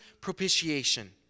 propitiation